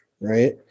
Right